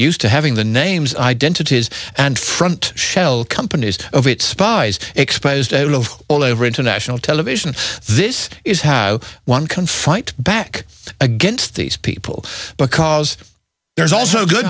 used to having the names identities and front shell companies of its spies exposed all over international television this is how one can fight back again these people because there's also good